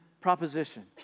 proposition